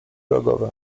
rogowe